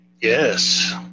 Yes